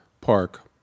Park